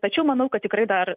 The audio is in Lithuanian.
tačiau manau kad tikrai dar